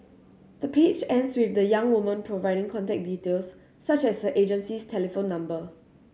the page ends with the young woman providing contact details such as her agency's telephone number